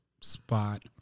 spot